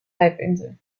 halbinsel